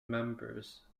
members